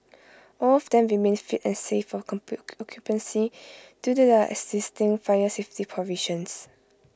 all of them remain fit and safe for due to their existing fire safety provisions